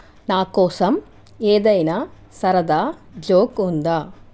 నాకోసం ఏదైనా సరదా జోకుందా